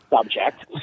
subject